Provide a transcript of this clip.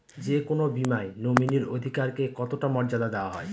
যে কোনো বীমায় নমিনীর অধিকার কে কতটা মর্যাদা দেওয়া হয়?